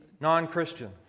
non-Christian